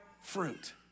fruit